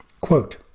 Quote